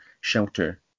shelter